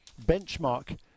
benchmark